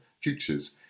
futures